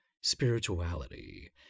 spirituality